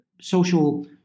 social